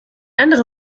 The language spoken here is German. andere